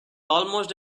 almost